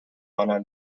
آنان